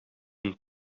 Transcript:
een